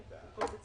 י"ג בחשון התש"ף (31 באוקטובר 2020)